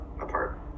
apart